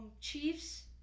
Chiefs